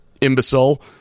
imbecile